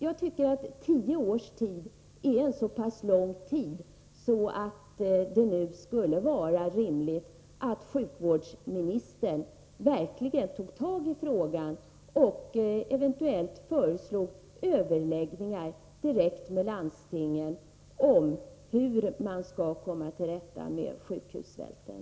Jag tycker att tio år är en så pass lång tid att det nu är rimligt att sjukvårdsministern verkligen tar tag i frågan och eventuellt föreslår överläggningar direkt med landstingen om hur man skall komma till rätta med sjukhussvälten.